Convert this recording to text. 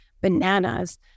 bananas